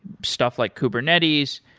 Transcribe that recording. stuff like kubernetes,